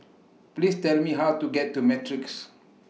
Please Tell Me How to get to Matrix